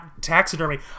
taxidermy